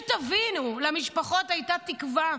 שתבינו, למשפחות הייתה תקווה.